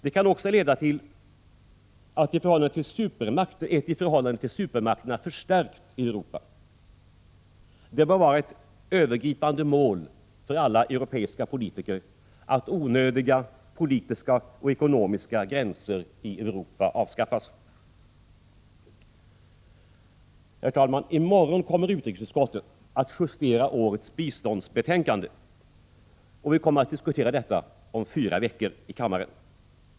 Det kan också leda till ett i förhållande till supermakterna förstärkt Europa. Det bör vara ett övergripande mål för alla europeiska politiker att onödiga politiska och ekonomiska gränser i Europa avskaffas. Herr talman! I morgon kommer utrikesutskottet att justera årets biståndsbetänkande, och vi kommer att diskutera detta om fyra veckor i kammaren.